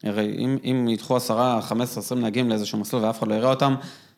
הרי אם ידחו 10, 15, 20 נהגים לאיזשהו מסלול ואף אחד לא יראה אותם.